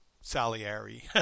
Salieri